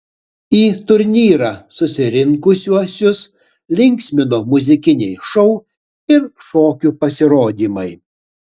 į turnyrą susirinkusiuosius linksmino muzikiniai šou ir šokių pasirodymai